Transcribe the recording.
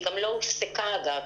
היא גם לא הופסקה, אגב.